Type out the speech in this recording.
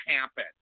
happen